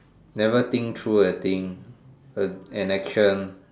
never think through the thing the an action